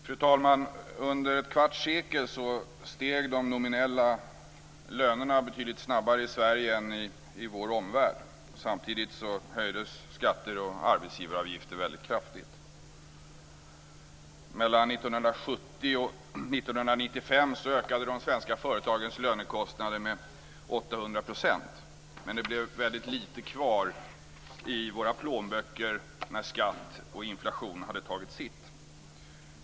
Fru talman! Under ett kvarts sekel steg de nominella lönerna betydligt snabbare i Sverige än i vår omvärld. Samtidigt höjdes skatter och arbetsgivaravgifter kraftigt. Mellan 1970 och 1995 ökade de svenska företagens lönekostnader med 800 %. Men det blev väldigt lite kvar i våra plånböcker när skatt och inflation hade tagit sitt.